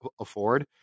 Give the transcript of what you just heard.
afford